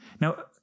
Now